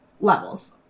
levels